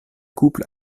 couple